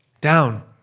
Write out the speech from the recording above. down